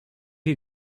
you